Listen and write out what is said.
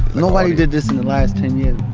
nobody did this in the last ten years.